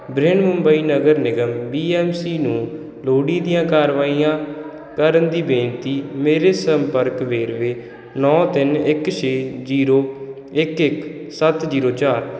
ਬ੍ਰਿਹਨਮੁੰਬਈ ਨਗਰ ਨਿਗਮ B M C ਨੂੰ ਲੋੜੀਂਦੀਆਂ ਕਾਰਵਾਈਆਂ ਕਰਨ ਦੀ ਬੇਨਤੀ ਮੇਰੇ ਸੰਪਰਕ ਵੇਰਵੇ ਨੌਂ ਤਿੰਨ ਇੱਕ ਛੇ ਜੀਰੋ ਇੱਕ ਇੱਕ ਸੱਤ ਜੀਰੋ ਚਾਰ